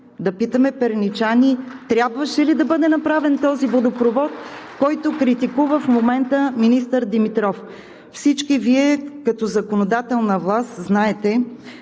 Да питаме перничани трябваше ли да бъде направен този водопровод, който критикува в момента министър Димитров? Всички Вие като законодателна власт знаете,